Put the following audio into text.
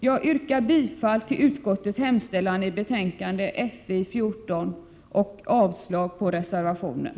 Jag yrkar bifall till finansutskottets hemställan i betänkande nr 14 och därmed avslag på reservationen.